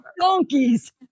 Donkeys